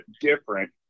different